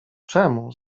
czemu